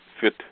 fit